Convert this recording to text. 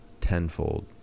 tenfold